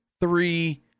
three